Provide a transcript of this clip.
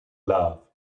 love